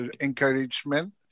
encouragement